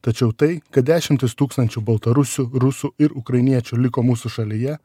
tačiau tai kad dešimtys tūkstančių baltarusių rusų ir ukrainiečių liko mūsų šalyje